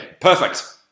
perfect